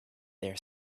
their